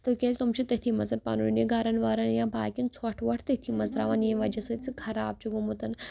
تہٕ کیٛازِ تِم چھِ تٔتھی منٛز پَنُن یہِ گَرَن وَرَن یا باقیَن ژھۄٹھ وۄٹھ تٔتھی منٛز ترٛاوان ییٚمہِ وجہہ سۭتۍ سُہ خراب چھُ گوٚمُت